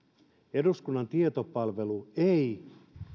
eduskunnan tietopalvelu ei